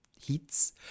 heats